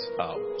out